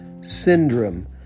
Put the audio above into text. Syndrome